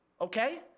Okay